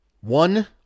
One